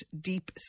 deep